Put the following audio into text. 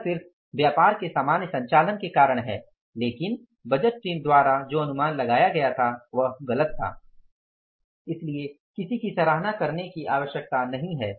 यह सिर्फ व्यापार के सामान्य संचालन के कारण है लेकिन बजट टीम द्वारा जो अनुमान लगाया गया था वह गलत था इसलिए किसी की सराहना करने की आवश्यकता नहीं है